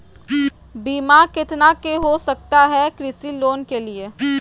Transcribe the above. बीमा कितना के हो सकता है कृषि लोन के लिए?